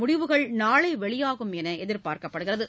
முடிவுகள் நாளைவெளியாகும் எனஎதிர்பார்க்கப்படுகிறது